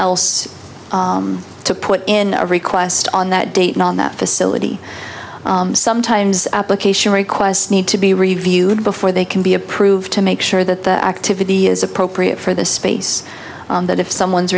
else to put in a request on that date on that facility sometimes application requests need to be reviewed before they can be approved to make sure that the activity is appropriate for the space that if someone's